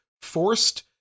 forced